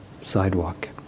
sidewalk